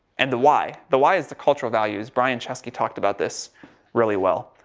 and the why? the why is the culture of values, brian chesky talked about this really well.